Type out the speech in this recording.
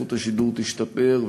ואיכות השידור תשתפר,